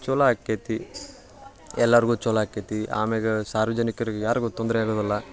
ಚೊಲೋ ಆಕ್ಯೇತಿ ಎಲ್ಲರ್ಗೂ ಚೊಲೋ ಆಕ್ಯೇತಿ ಆಮ್ಯಾಲ ಸಾರ್ವಜನಿಕ್ರಿಗೆ ಯಾರಿಗೂ ತೊಂದ್ರೆಯಾಗೋದಿಲ್ಲ